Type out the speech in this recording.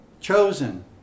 chosen